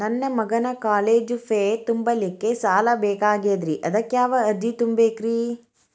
ನನ್ನ ಮಗನ college fee ತುಂಬಲಿಕ್ಕೆ ಸಾಲ ಬೇಕಾಗೆದ್ರಿ ಅದಕ್ಯಾವ ಅರ್ಜಿ ತುಂಬೇಕ್ರಿ?